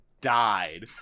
died